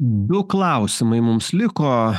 du klausimai mums liko